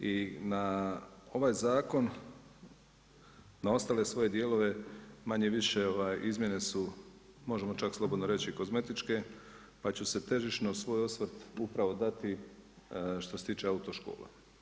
i na ovaj zakon, na ostale svoje dijelove manje-više izmjene su možemo čak slobodno reći kozmetičke, pa ću se težišno svoj osvrt upravo dati što se tiče autoškola.